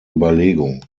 überlegung